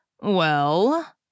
Well